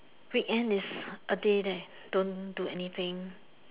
weekend is a day that don't do anything